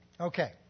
Okay